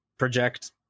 Project